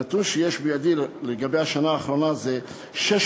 הנתון שיש בידי לגבי השנה האחרונה הוא של 658